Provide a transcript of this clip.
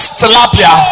tilapia